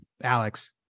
alex